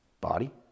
Body